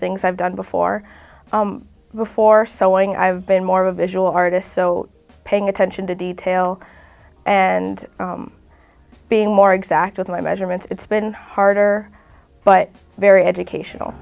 things i've done before before sewing i've been more of a visual artist so paying attention to detail and being more exact with my measurements it's been harder but very educational